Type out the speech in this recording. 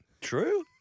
True